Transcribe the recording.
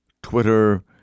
Twitter